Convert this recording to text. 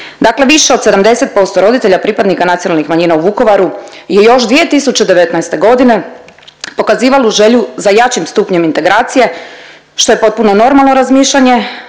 Dakle više od 70% roditelja pripadnika nacionalnih manjina u Vukovaru je još 2019. godine pokazivalo želju za jačim stupnjem integracije što je potpuno normalno razmišljanje